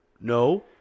No